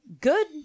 good